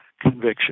conviction